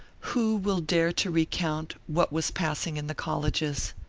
who will dare to recount what was passing in the colleges?